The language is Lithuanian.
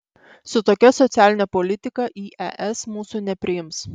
su tokia socialine politika į es mūsų nepriims